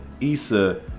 Issa